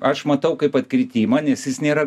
aš matau kaip atkritimą nes jis nėra